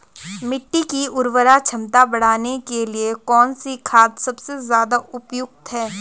मिट्टी की उर्वरा क्षमता बढ़ाने के लिए कौन सी खाद सबसे ज़्यादा उपयुक्त है?